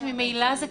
ש': כבר היום